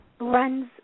runs